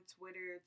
Twitter